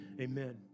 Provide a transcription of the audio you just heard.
amen